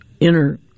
inner